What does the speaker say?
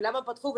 למה פתחו.